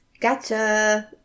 Gotcha